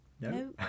no